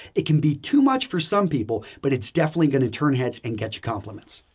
it can be too much for some people, but it's definitely going to turn heads and get you compliments.